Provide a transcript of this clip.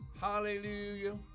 Hallelujah